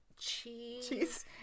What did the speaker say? cheese